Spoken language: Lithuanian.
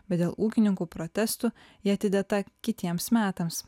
bet dėl ūkininkų protestų ji atidėta kitiems metams